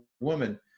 woman